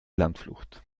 landflucht